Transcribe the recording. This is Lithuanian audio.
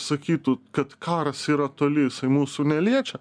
sakytų kad karas yra toli jisai mūsų neliečia